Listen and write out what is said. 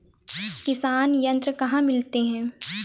किसान यंत्र कहाँ मिलते हैं?